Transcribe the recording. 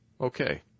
Okay